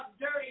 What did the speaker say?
dirty